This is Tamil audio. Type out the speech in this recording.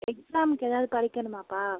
எக்ஸாம்க்கு எதாவது படிக்கணுமாப்பா